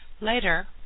later